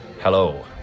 Hello